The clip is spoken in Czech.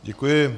Děkuji.